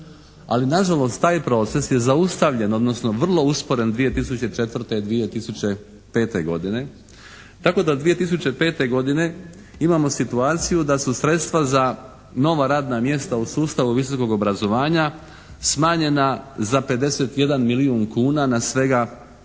ali nažalost taj proces je zaustavljen odnosno vrlo usporen 2004., 2005. godine tako da 2005. godine imamo situaciju da su sredstva za nova radna mjesta u sustavu visokog obrazovanja smanjena za 51 milijun kuna na svega